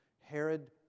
Herod